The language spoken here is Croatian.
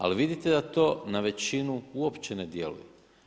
Ali vidite da to na većinu uopće ne djeluje.